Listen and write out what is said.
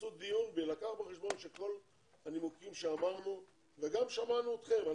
שתעשו דיון ולקחת בחשבון את כל הנימוקים שאמרנו וגם שמענו אתכם.